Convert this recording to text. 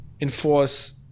enforce